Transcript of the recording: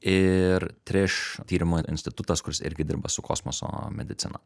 ir triš tyrimų institutas kuris irgi dirba su kosmoso medicina